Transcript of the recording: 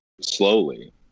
slowly